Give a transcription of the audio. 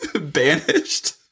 Banished